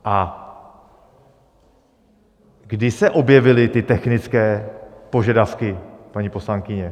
A kdy se objevily ty technické požadavky, paní poslankyně?